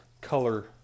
color